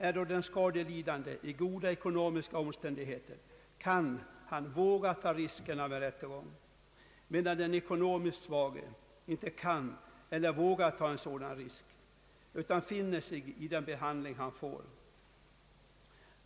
Är den skadelidande i goda ekonomiska omständigheter, kan han våga ta risken av en rättegång, medan den ekonomiskt svage inte kan eller vågar ta en sådan risk utan finner sig i den behandling han får.